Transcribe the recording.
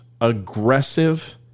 aggressive